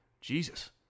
Jesus